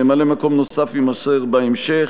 ממלא-מקום נוסף, יימסר בהמשך.